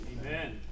Amen